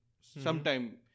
sometime